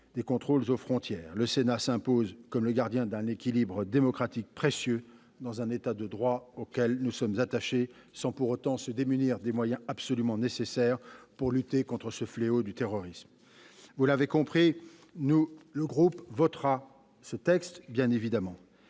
des contrôles aux frontières, le Sénat s'impose comme le gardien d'un équilibre démocratique précieux dans un État de droit auquel nous sommes attachés, sans pour autant abandonner des outils absolument nécessaires pour lutter contre le fléau du terrorisme. Vous l'avez compris, notre groupe votera bien sûr ce texte.